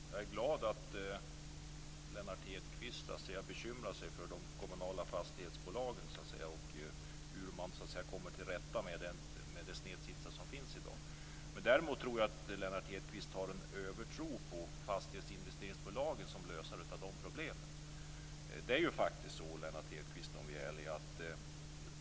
Fru talman! Jag är glad att Lennart Hedquist bekymrar sig för de kommunala fastighetsbolagen och hur man kommer till rätta med de snedsitsar som finns i dag. Däremot tror jag att Lennart Hedquist har en övertro på att fastighetsinvesteringsbolagen kan lösa de problemen. Låt oss vara ärliga, Lennart Hedquist.